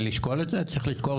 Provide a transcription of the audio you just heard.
לדעתי,